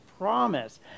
promise